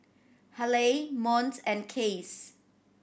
Haleigh Monts and Case